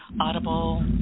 Audible